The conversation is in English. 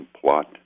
plot